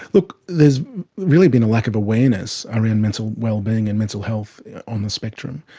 look, there's really been a lack of awareness around mental well-being and mental health on the spectrum,